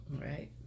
Right